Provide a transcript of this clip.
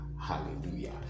Hallelujah